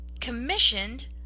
commissioned